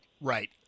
Right